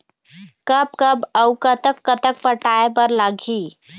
कब कब अऊ कतक कतक पटाए बर लगही